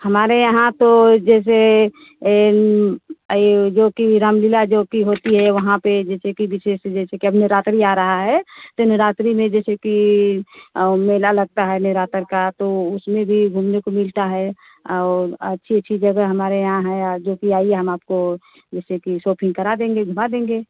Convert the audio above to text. हमारे यहाँ तो जैसे यह जोकि राम लीला जोकि होती है वहाँ पर जैसे कि विशेष जैसे कि अब नवरात्रि आ रही है तो नवरात्रि में जैसे कि और मेला लगता है नेवरात्र का तो उसमें भी घूमने को मिलता है और अच्छी अच्छी जगह हमारे यहाँ है जोकि आइए हम आपको जैसे कि सॉपिंग करा देंगे घुमा देंगे